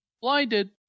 blinded